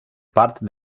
parte